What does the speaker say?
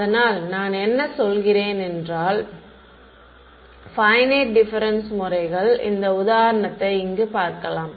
அதனால் நான் என்ன சொல்கிறேன் என்றால் பையனைட் டிப்பெரன்ஸ் முறைகள் இந்த உதாரணத்தை இங்கு பார்க்கலாம்